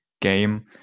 game